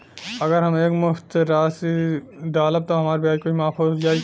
अगर हम एक मुस्त राशी डालब त हमार ब्याज कुछ माफ हो जायी का?